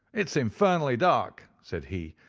it's infernally dark said he,